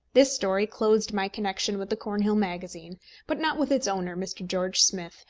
this story closed my connection with the cornhill magazine but not with its owner, mr. george smith,